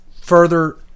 further